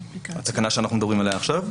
התקנה שאנחנו מדברים עליה עכשיו?